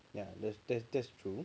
yeah that's that's that's true